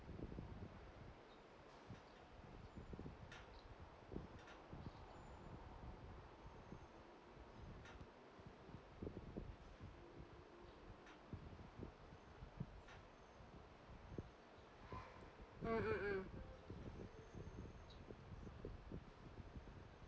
mm mm mm